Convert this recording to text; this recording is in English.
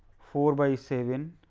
four by seven,